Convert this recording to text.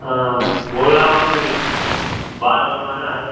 हाँ बोल रहा हूँ कि बाल बनवाना है